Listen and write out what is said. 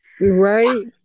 Right